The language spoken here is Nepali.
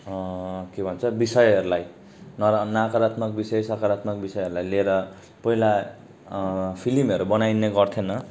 के भन्छ विषयहरूलाई नर नकारात्मक विषय सकारात्मक विषयहरूलाई लिएर पहिला फिल्महरू बनाइने गर्थिएन